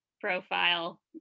profile